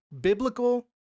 biblical